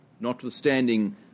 Notwithstanding